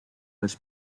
was